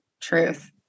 Truth